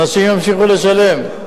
אנשים ימשיכו לשלם.